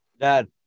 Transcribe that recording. Dad